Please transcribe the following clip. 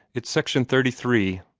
it's section thirty three.